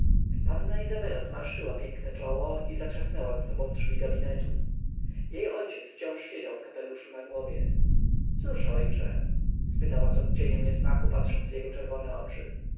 panna izabela zmarszczyła piękne czoło i zatrzasnęła za sobą drzwi gabinetu jej ojciec wciąż siedział w kapeluszu na głowie cóż ojcze spytała z odcieniem niesmaku patrząc w jego czerwone oczy